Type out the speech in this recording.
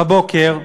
בבוקר,